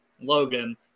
Logan